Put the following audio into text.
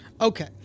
Okay